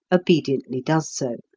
obediently does so.